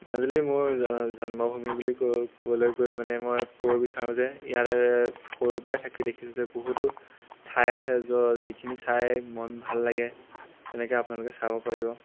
মাজুলী মোৰ জন্মভূমি বুলি ক' ক'বলৈ গৈ মানে মই ক'ব বিচাৰোঁ যে ইয়াত সৰুৰ পৰাই থাকি দেখিছোঁ যে বহুতো ঠাই আছে যিখিনি চাই মন ভাল লাগে তেনেকে আপোনালোকে চাব পাৰিব